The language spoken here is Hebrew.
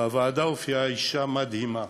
בוועדה הופיעה אישה מדהימה,